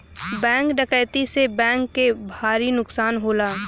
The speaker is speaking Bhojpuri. बैंक डकैती से बैंक के भारी नुकसान होला